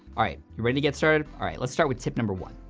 all right, you ready to get started? all right, let's start with tip number one.